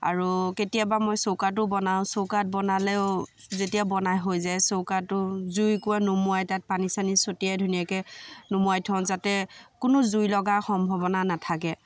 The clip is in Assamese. আৰু কেতিয়াবা মই চৌকাতো বনাওঁ চৌকাত বনালেও যেতিয়া বনাই হৈ যায় চৌকাতো জুইকুৰা নুমুৱাই তাত পানী চানী চটিয়াই ধুনীয়াকৈ নুমুৱাই থওঁ যাতে কোনো জুই লগাৰ সম্ভৱনা নাথাকে